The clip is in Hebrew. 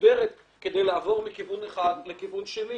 מסודרת כדי לעבור מכיוון אחד לכיוון שני.